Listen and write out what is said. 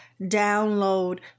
download